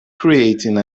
creating